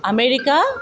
America